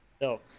No